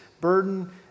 burden